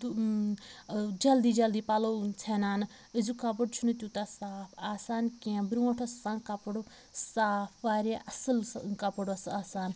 ٲں جلدی جلدی پَلوٚو ژھیٚنان أزیٛک کَپُر چھُنہٕ تیٛوتاہ صاف آسان کیٚنٛہہ برٛونٛٹھ اوس آسان کَپُر صاف واریاہ اصٕل سُہ کَپُر اوس آسان